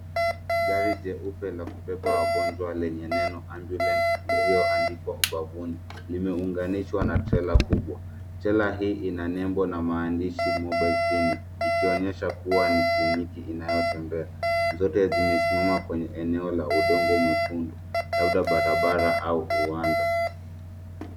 Gari jeupe la kubeba wagonjwa lenye neno cs[ambulance]cs iliyoandika ubavuni, limeunganishwa na trela kubwa. Trela hii ina nembo na maandishi cs[mobile clinic]cs ikionyesha kuwa ni kliniki inayotembea. Zote zimesimama kwenye eneo la udongo mwekundu, labda barabara au uwanja.